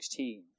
16